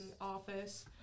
office